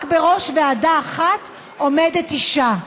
רק בראש ועדה אחת עומדת אישה.